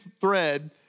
thread